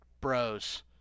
bros